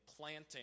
planting